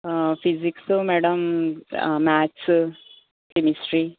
physics madam maths chemistry